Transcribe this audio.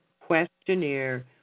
questionnaire